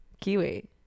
Kiwi